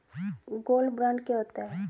Gold bond क्या होता है?